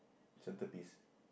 centre piece